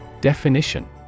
Definition